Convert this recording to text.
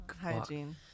hygiene